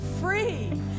free